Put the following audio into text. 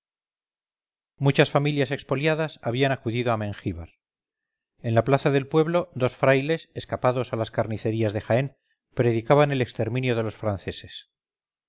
muchas familias expoliadas habían acudido a mengíbar en la plaza del pueblo dos frailes escapados a las carnicerías de jaén predicaban el exterminio de los franceses